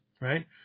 Right